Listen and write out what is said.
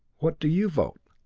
what do you vote?